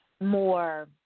more